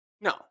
No